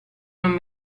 non